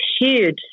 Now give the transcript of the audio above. huge